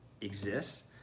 exists